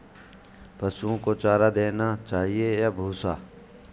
पशुओं को चारा देना चाहिए या भूसा?